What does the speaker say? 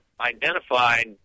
identified